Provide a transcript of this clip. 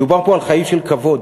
מדובר פה על חיים של כבוד.